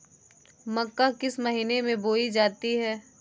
मक्का किस महीने में बोई जाती है?